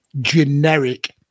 generic